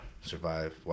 survive